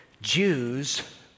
Jews